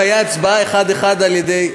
ותהיה הצבעה אחד-אחד על-ידי,